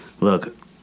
look